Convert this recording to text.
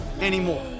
anymore